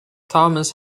thomas